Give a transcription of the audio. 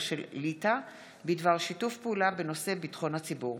של ברזיל בדבר שיתוף פעולה בנושא ביטחון הציבור,